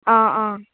ꯑꯥ ꯑꯥ